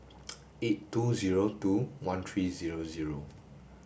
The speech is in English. eight two zero two one three zero zero